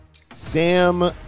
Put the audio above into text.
Sam